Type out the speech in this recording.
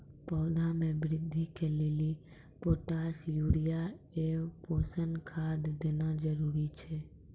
पौधा मे बृद्धि के लेली पोटास यूरिया एवं पोषण खाद देना जरूरी छै?